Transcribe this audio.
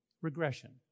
regression